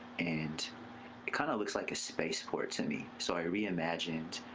and it kind of looks like a space port to me, so i reimagined